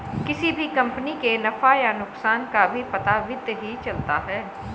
किसी भी कम्पनी के नफ़ा या नुकसान का भी पता वित्त ही चलता है